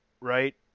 right